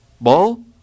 Ball